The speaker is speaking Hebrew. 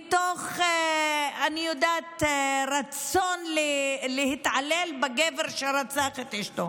מתוך רצון להתעלל בגבר שרצח את אשתו.